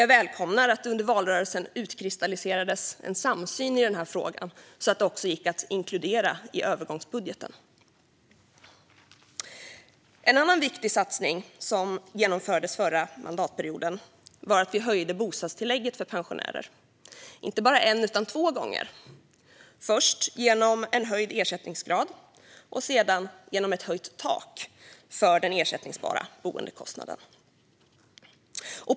Jag välkomnar att det under valrörelsen utkristalliserades en samsyn i den frågan, så att detta gick att inkludera i övergångsbudgeten. En annan viktig satsning som genomfördes förra mandatperioden var att vi höjde bostadstillägget för pensionärer, inte bara en gång utan två gånger. Först gjorde vi det genom en höjd ersättningsgrad, och sedan gjorde vi det genom ett höjt tak för den ersättbara boendekostnaden.